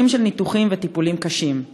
שנים של ניתוחים וטיפולים קשים.